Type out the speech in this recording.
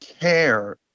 care